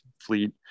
fleet